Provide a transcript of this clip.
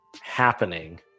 happening